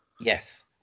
Yes